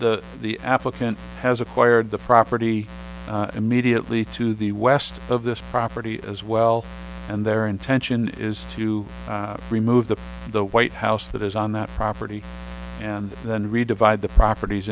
the the applicant has acquired the property immediately to the west of this property as well and their intention is to remove the the white house that is on that property and then re divide the properties